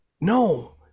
No